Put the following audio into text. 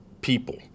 people